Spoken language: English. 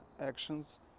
actions